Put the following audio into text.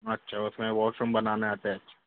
अच्छा उसमें वॉशरूम बनाना है अटैच